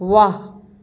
वाह